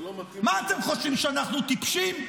מה אתם חושבים, שאנחנו טיפשים?